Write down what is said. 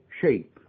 shape